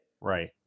Right